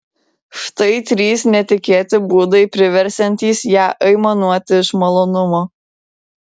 štai trys netikėti būdai priversiantys ją aimanuoti iš malonumo